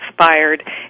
inspired